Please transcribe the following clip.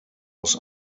muss